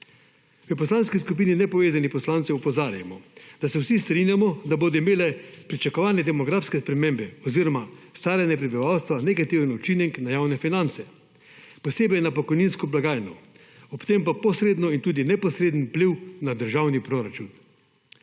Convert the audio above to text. V Poslanski skupini Nepovezanih poslancev opozarjamo, da se vsi strinjamo, da bodo imele pričakovane demografske spremembe oziroma staranje prebivalstva negativen učinek na javne finance, posebej na pokojninsko blagajno, ob tem pa posredno in tudi neposreden vpliv na državni proračun.